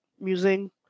musing